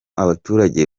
abaturage